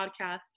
podcast